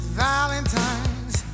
valentines